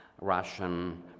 Russian